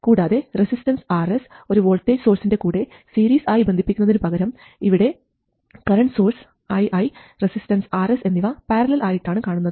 കൂടാതെ resistance Rs ഒരു voltage സോഴ്സിന്റെ കൂടെ സീരിസ് ആയി ബന്ധിപ്പിക്കുന്നതിനുപകരം ഇവിടെ current source ii resistance Rs എന്നിവ പാരലൽ ആയിട്ടാണ് കാണുന്നത്